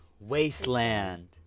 Wasteland